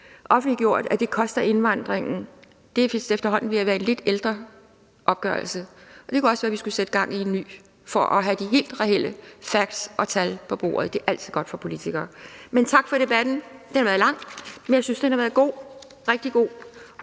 offentliggjort indvandringen koster. Det er vist efterhånden ved at være en lidt ældre opgørelse, så det kunne også være, at vi skulle sætte gang i en ny for at få de helt reelle facts og tal på bordet. Det er altid godt for politikere. Men tak for debatten. Den har været lang. Men jeg synes, den har været god, rigtig god,